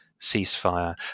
ceasefire